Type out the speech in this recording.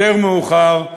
יותר מאוחר,